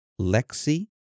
Lexi